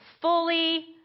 fully